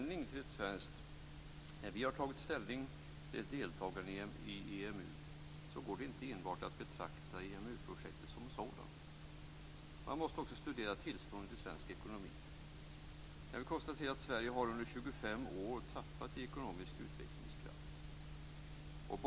När vi har tagit ställning till ett deltagande i EMU har vi inte kunnat enbart betrakta EMU-projektet som sådant. Också tillståndet i svensk ekonomi måste studeras. Jag vill konstatera att Sverige under 25 år har tappat i ekonomisk utvecklingskraft.